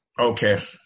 Okay